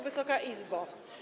Wysoka Izbo!